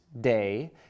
day